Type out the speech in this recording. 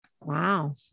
Wow